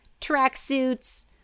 tracksuits